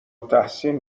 تحسین